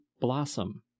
Blossom